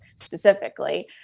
specifically